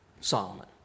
Solomon